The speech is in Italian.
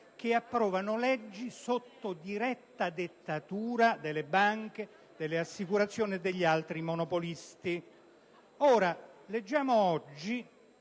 che approvano leggi sotto diretta dettatura delle banche, delle assicurazioni e degli altri monopolisti.